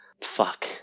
Fuck